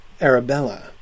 Arabella